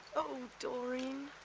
oh, doreen.